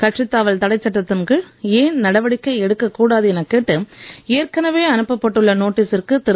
கட்சித் தாவல் தடை சட்டத்தின் கீழ் ஏன் நடவடிக்கை எடுக்கக் கூடாது எனக் கேட்டு ஏற்கனவே அனுப்பப் பட்டுள்ள நோட்டீசிற்கு திரு